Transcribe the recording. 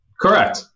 Correct